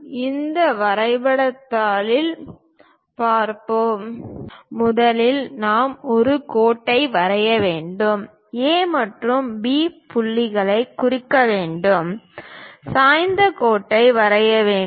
அதை வரைபடத் தாளில் பார்ப்போம் முதலில் நாம் ஒரு கோட்டை வரைய வேண்டும் ஏ மற்றும் பி புள்ளிகளைக் குறிக்க வேண்டும் சாய்ந்த கோட்டை வரைய வேண்டும்